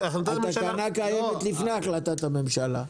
התקנה קיימת לפני החלטת הממשלה.